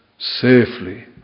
safely